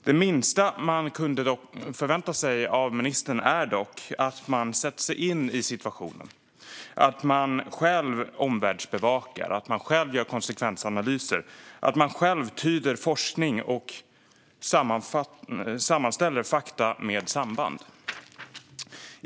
Det minsta man kunde förvänta sig är dock att ministern sätter sig in i situationen, själv omvärldsbevakar och gör konsekvensanalyser och att hon själv tyder forskning och sammanställer fakta med samband.